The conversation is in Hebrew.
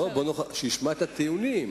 בנוכחותו של שר, שישמע את הטיעונים.